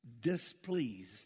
displeased